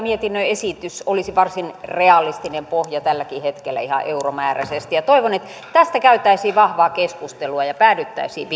mietinnön esitys olisi varsin realistinen pohja tälläkin hetkellä ihan euromääräisesti toivon että tästä käytäisiin vahvaa keskustelua ja päädyttäisiin